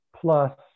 plus